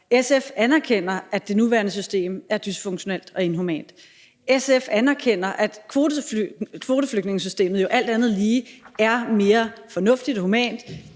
SF anerkender, at det nuværende system er dysfunktionelt og inhumant. SF anerkender, at kvoteflygtningesystemet alt andet lige er mere fornuftigt og humant.